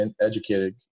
educated